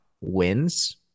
wins